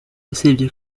usibye